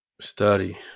Study